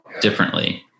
differently